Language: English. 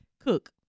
cook